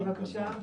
בבקשה.